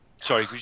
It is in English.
Sorry